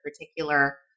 particular